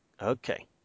Okay